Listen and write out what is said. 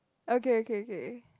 okay okay okay